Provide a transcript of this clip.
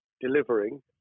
delivering